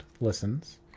listens